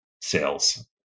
sales